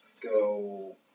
go